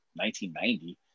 1990